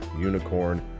unicorn